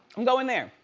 i'm going there.